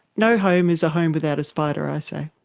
no home is a home without a spider i say.